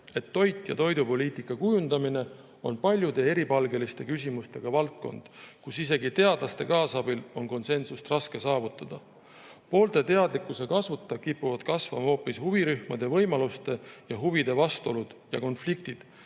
et toit ja toidupoliitika kujundamine on paljude eripalgeliste küsimustega valdkond, kus isegi teadlaste kaasabil on konsensust raske saavutada. Poolte teadlikkuse kasvuta kipuvad kasvama hoopis huvirühmade võimaluste ja huvide vastuolud ja konfliktid